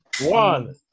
One